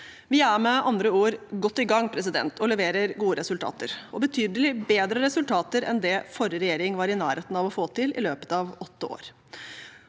Vi er med andre ord godt i gang og leverer gode resultater, betydelig bedre resultater enn det forrige regjering var i nærheten av å få til i løpet av åtte år.